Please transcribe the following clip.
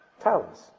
Talents